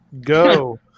Go